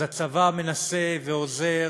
אז הצבא מנסה ועוזר: